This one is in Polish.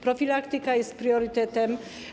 Profilaktyka jest priorytetem.